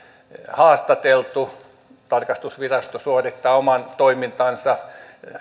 haastateltu tarkastusvirasto suorittaa oman toimintansa